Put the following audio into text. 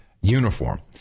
uniform